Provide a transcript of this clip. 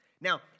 Now